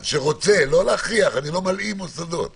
מוסד שרוצה אני לא מלאים מוסדות